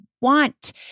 want